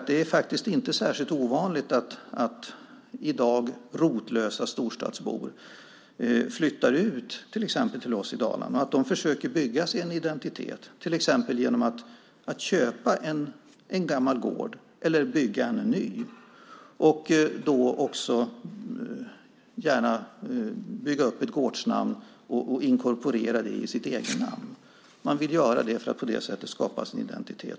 Det är heller inte särskilt ovanligt att rotlösa storstadsbor i dag flyttar bland annat till Dalarna och försöker bygga sig en identitet till exempel genom att köpa en gammal gård eller bygga en ny. Då har de gärna också ett gårdsnamn som de inkorporerar i egennamnet. På det sättet vill man skapa sig en identitet.